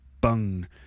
bung